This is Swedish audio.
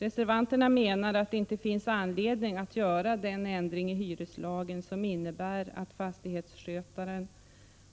Reservanterna menar att det inte finns anledning att göra den ändring i hyreslagen som innebär att fastighetsskötaren,